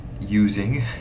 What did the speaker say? using